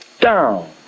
down